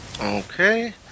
Okay